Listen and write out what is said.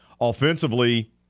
Offensively